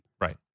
Right